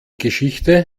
geschichte